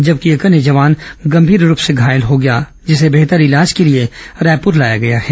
जबकि एक अन्य जवान गंभीर रूप से घायल हो गया जिसे बेहतर इलाज के लिए रायपूर लाया गया है